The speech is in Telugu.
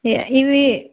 ఇవి